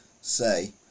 say